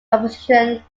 opposition